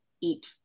eat